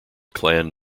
clan